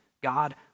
God